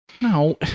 No